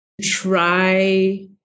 try